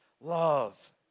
Love